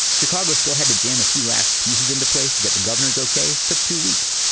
chicago still had to jam a few last pieces into place to get the governor's okay. took two weeks.